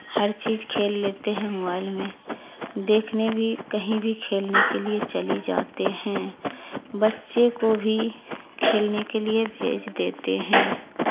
ہر چیز کھیل لیتے ہیں موبائل میں دیکھنے بھی کہیں بھی کھیلنے کے لیے چلی جاتے ہیں بچے کو بھی کھیلنے کے لیے بھیج دیتے ہیں